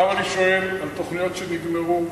עכשיו אני שואל על תוכניות שנגמרו,